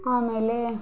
ಆಮೇಲೆ